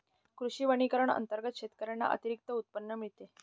कृषी वनीकरण अंतर्गत शेतकऱ्यांना अतिरिक्त उत्पन्न मिळते